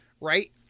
Right